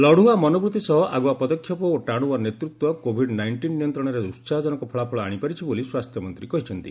ଲଢୁଆ ମନୋବୃତ୍ତି ସହ ଆଗୁଆ ପଦକ୍ଷେପ ଓ ଟାଣୁଆ ନେତୃତ୍ୱ କୋଭିଡ୍ ନାଇଷ୍ଟିନ୍ ନିୟନ୍ତ୍ରଣରେ ଉସାହଜନକ ଫଳାଫଳ ଆଣିପାରିଛି ବୋଲି ସ୍ୱାସ୍ଥ୍ୟମନ୍ତ୍ରୀ କହିଛନ୍ତି